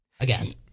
Again